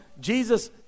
Jesus